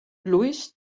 lewis